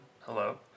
Hello